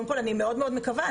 אני מאוד מאוד מקווה.